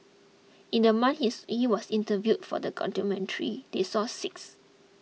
in the month he's he was interviewed for the documentary they saw six